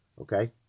okay